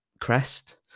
crest